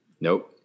Nope